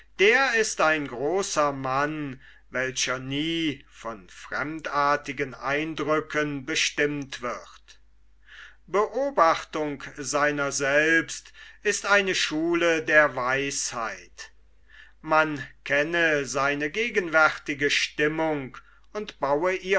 der ist ein großer mann welcher nie von fremdartigen eindrücken bestimmt wird beobachtung seiner selbst ist eine schule der weisheit man kenne seine gegenwärtige stimmung und baue